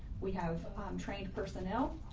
we have trained personnel,